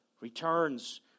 returns